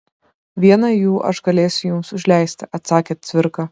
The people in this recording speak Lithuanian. vieną jų aš galėsiu jums užleisti atsakė cvirka